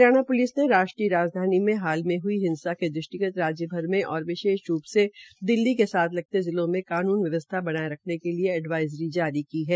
Haryana police ने राष्ट्रीय राजधानी में हाल में हुई हिंसा के दृष्ट्रिगत राज्य भर में और विशेष रूप से दिल्ली के साथ लगते जिलों में कानून व्यवस्था बनाये रखने के लिए एउवाइजरी जारी की है